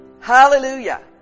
Hallelujah